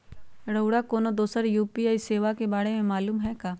रउरा कोनो दोसर यू.पी.आई सेवा के बारे मे मालुम हए का?